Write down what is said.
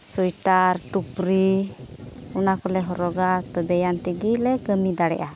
sweater ᱴᱩᱯᱨᱤ ᱚᱱᱟ ᱠᱚᱞᱮ ᱦᱚᱨᱚᱜᱟ ᱛᱚᱵᱮᱭᱟᱱ ᱛᱮᱜᱮᱞᱮ ᱠᱟᱹᱢᱤ ᱫᱟᱲᱮᱭᱟᱜᱼᱟ